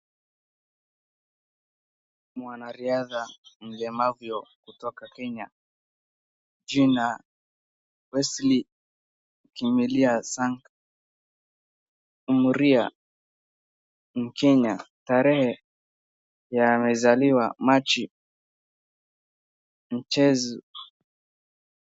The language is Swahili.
Mwanariadha mlemavyo kutoka Kenya. Jina Wesley Kimilia Sang Umria. Mkenya. Tarehe ya amezaliwa Machi. Mchezo.